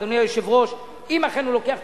אדוני היושב-ראש: אם אכן הוא לוקח את